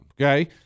okay